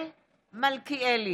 מצביע אורי